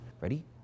Ready